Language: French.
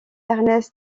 ernest